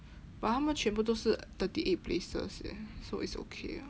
but 他们全部都是 thirty eight places eh so it's okay ah